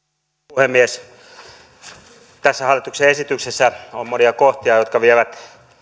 puhemies tässä hallituksen esityksessä on monia kohtia jotka vievät